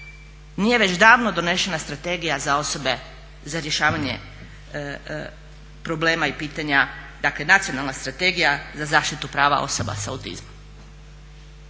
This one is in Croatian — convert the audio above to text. nije već davno donesena strategija za rješavanje problema i pitanja dakle nacionalna strategija za zaštitu prava osoba s autizmom.